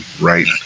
right